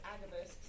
Agabus